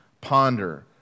ponder